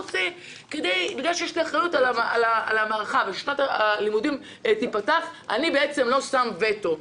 בגלל שיש לו אחריות לכך ששנת הלימודים תיפתח הוא לא שם וטו.